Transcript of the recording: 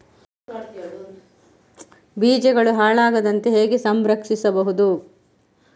ಬೀಜಗಳು ಹಾಳಾಗದಂತೆ ಹೇಗೆ ಸಂರಕ್ಷಿಸಬಹುದು?